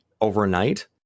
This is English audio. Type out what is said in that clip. overnight